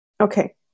Okay